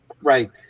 Right